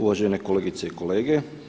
Uvažene kolegice i kolege.